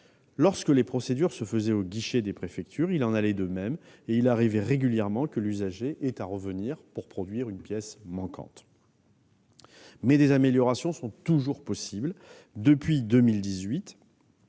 Lorsque les procédures se faisaient aux guichets des préfectures, il en allait de même et il arrivait régulièrement que l'usager doive revenir pour produire une pièce manquante. Cela dit, des améliorations sont toujours possibles. Ainsi, depuis 2018,